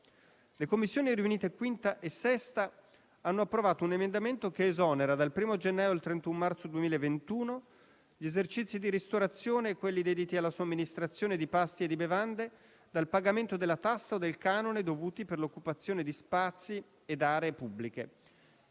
Le Commissioni riunite 5a e 6a hanno approvato un emendamento che, dal 1° gennaio al 31 marzo 2021, esonera gli esercizi di ristorazione e quelli dediti alla somministrazione di pasti e bevande dal pagamento della tassa o del canone dovuti per l'occupazione di spazi e aree pubbliche.